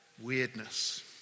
Weirdness